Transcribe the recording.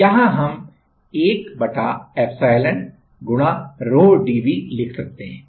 तो यहाँ हम 1 epsilon rho d V लिख सकते हैं